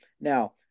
Now